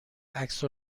عکس